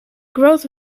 growth